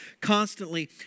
constantly